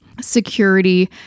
security